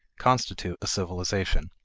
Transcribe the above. constitute a civilization.